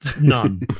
none